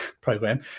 Program